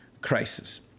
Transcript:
crisis